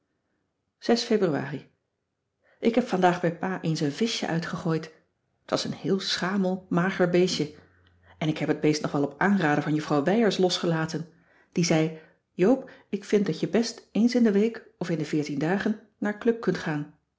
februari ik heb vandaag bij pa eens een vischje uitgegooid t was een heel schamel mager beestje en ik heb het beest nog wel op aanraden van juffrouw wijers losgelaten die zei joop ik vind dat je best eens in de week of in de veertien dagen naar club kunt gaan